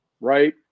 right